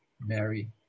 Mary